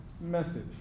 message